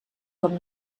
com